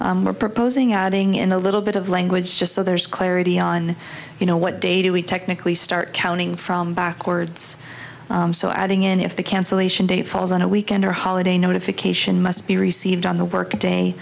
or proposing adding in a little bit of language just so there's clarity on you know what day do we technically start counting from backwards so adding in if the cancellation date falls on a weekend or holiday notification must be received on the work day